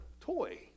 toy